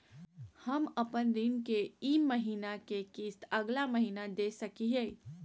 हम अपन ऋण के ई महीना के किस्त अगला महीना दे सकी हियई?